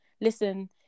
listen